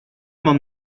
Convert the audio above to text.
mam